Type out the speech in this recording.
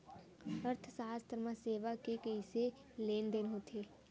अर्थशास्त्र मा सेवा के कइसे लेनदेन होथे?